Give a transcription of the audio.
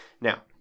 Now